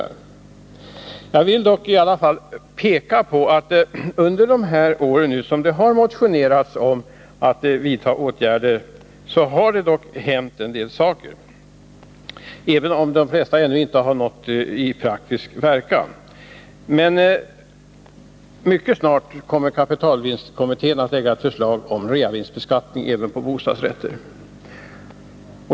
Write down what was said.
Men jag vill också peka på att det under de år då det har motionerats om att åtgärder bör vidtas har hänt en del saker, även om de flesta ännu inte har fått praktisk verkan. Mycket snart kommer kapitalvinstkommittén att lägga fram ett förslag om reavinstskatt även på bostadsrätter.